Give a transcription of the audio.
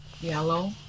yellow